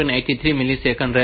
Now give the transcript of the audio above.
83 millisecond રહેશે